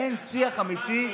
אין שיח אמיתי.